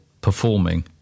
performing